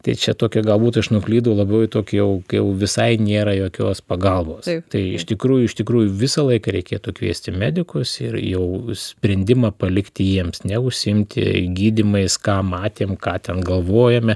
tai čia tokia galbūt aš nuklydau labiau į tokį jau kai jau visai nėra jokios pagalbos tai iš tikrųjų iš tikrųjų visą laiką reikėtų kviesti medikus ir jau sprendimą palikti jiems neužsiimti gydymais ką matėm ką ten galvojame